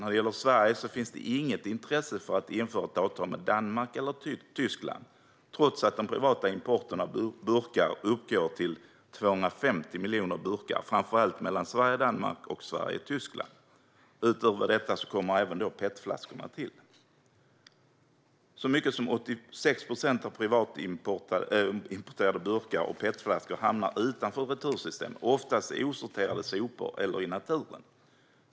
När det gäller Sverige finns det inget intresse för att införa ett avtal med Danmark eller Tyskland, trots att den privata importen av burkar uppgår till 250 miljoner burkar, framför allt mellan Sverige och Danmark och mellan Sverige och Tyskland. Utöver detta tillkommer även petflaskor. Så mycket som 86 procent av privatimporterade burkar och petflaskor hamnar utanför retursystemet, oftast i osorterade sopor eller i naturen.